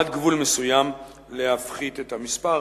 עד גבול מסוים להפחית את המספר,